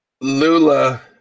Lula